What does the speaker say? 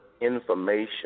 information